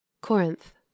Corinth